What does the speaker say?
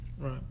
Right